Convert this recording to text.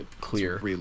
clear